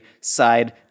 side